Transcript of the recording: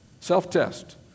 Self-test